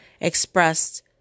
expressed